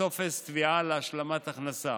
וטופס תביעה להשלמת הכנסה.